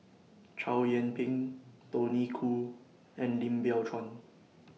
Chow Yian Ping Tony Khoo and Lim Biow Chuan